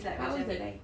how old is the guy